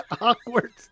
Awkward